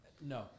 No